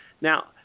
Now